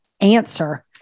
answer